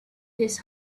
his